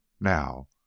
Now